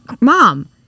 Mom